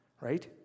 right